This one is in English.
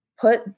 put